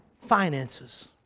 finances